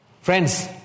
Friends